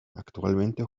actualmente